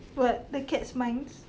what the cat's minds